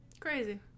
crazy